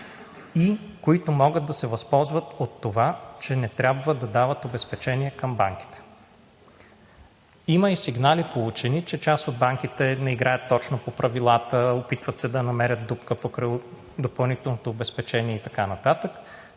които могат да се възползват от това, че не трябва да дават обезпечения към банките. Има и получени сигнали, че част от банките не играят точно по правилата, опитват се да намерят дупка покрай допълнителното обезпечение и така нататък.